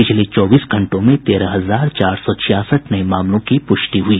पिछले चौबीस घंटों में तेरह हजार चार सौ छियासठ नये मामलों की पुष्टि हई